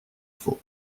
faut